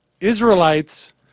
Israelites